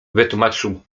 wytłumaczył